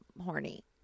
horny